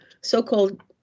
so-called